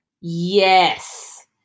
Yes